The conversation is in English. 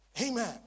Amen